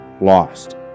lost